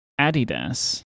Adidas